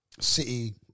City